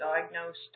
diagnosed